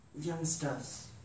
youngsters